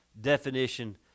definition